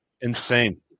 insane